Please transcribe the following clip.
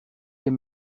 est